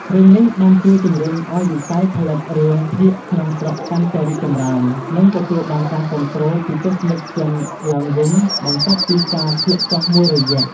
រឿងនេះបានជួយជំរុញឱ្យវិស័យផលិតរឿងភាគក្នុងស្រុកកាន់តែរីកចម្រើន និងទទួលបានការគាំទ្រពីទស្សនិកជនឡើងវិញ បន្ទាប់ពីការធ្លាក់ចុះមួយរយៈ។